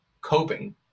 coping